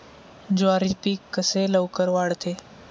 ज्वारी पीक कसे लवकर वाढते?